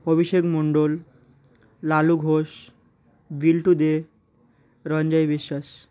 Abhishek Mondal Lalu Ghosh Biltu De Ranjoy Biswas